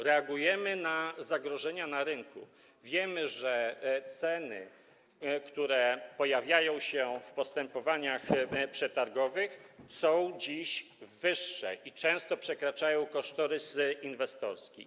Reagujemy na zagrożenia na rynku, wiemy, że ceny, które pojawiają się w postępowaniach przetargowych, są dziś wyższe i często przekraczają kosztorysy inwestorskie.